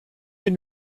bin